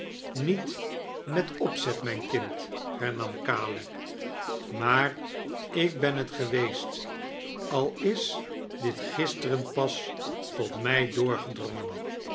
niet met opzet mijn kind hennam caleb maar ik ben het gewieest al is dit gisteren pas tot mij doorgedrongen